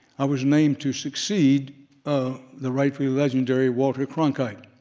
i was named to succeed ah the rightfully legendary walter cronkite.